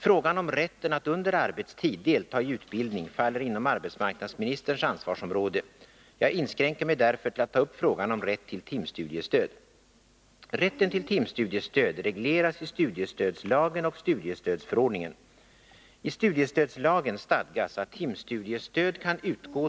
Frågan om rätten att under arbetstid delta i utbildning faller inom arbetsmarknadsministerns ansvarsområde. Jag inskränker mig därför till att ta upp frågan om rätt till timstudiestöd.